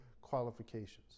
qualifications